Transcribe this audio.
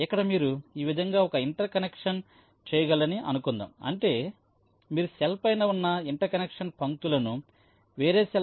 ఇక్కడ మీరు ఈ విధంగా ఒక ఇంటర్ కనెక్షన్ చేయగలరని అనుకుందాం అంటే మీరు సెల్ పైన ఉన్న ఇంటర్ కనెక్షన్ పంక్తులను వేరే పొరపై గీస్తున్నారు దీనిని సెల్ రౌటింగ్ అని పిలుస్తారు